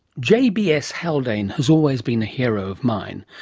j. b. s. haldane has always been a hero of mine,